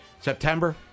September